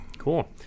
cool